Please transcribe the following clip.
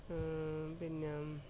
പിന്നെ